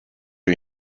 روی